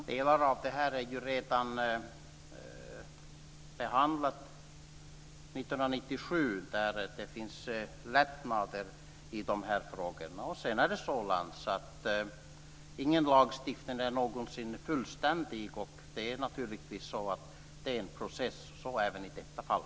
Fru talman! Det här är ju redan behandlat 1997, då det blev lättnader i de här frågorna. Sedan är det så, Lantz, att ingen lagstiftning någonsin är fullständig. Det är naturligtvis så att det är en process - så även i detta fall.